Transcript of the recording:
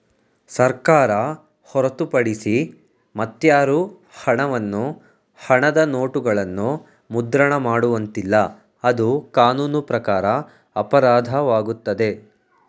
ಸರ್ಕಾರ ಹೊರತುಪಡಿಸಿ ಮತ್ಯಾರು ಹಣವನ್ನು ಹಣದ ನೋಟುಗಳನ್ನು ಮುದ್ರಣ ಮಾಡುವಂತಿಲ್ಲ, ಅದು ಕಾನೂನು ಪ್ರಕಾರ ಅಪರಾಧವಾಗುತ್ತದೆ